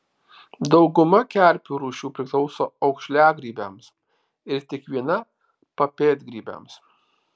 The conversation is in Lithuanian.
dauguma kerpių rūšių priklauso aukšliagrybiams ir tik viena papėdgrybiams